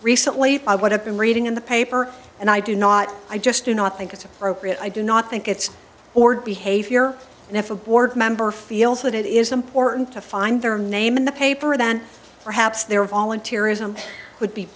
recently i would have been reading in the paper and i do not i just do not think it's appropriate i do not think it's ordered behavior and if a board member feels that it is important to find their name in the paper then perhaps their volunteerism would be